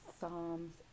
Psalms